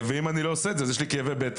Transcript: ואם אני לא עושה את זה אז יש לי כאבי בטן.